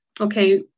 okay